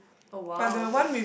oh !wow! okay